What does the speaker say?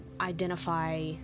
identify